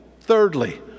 Thirdly